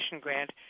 grant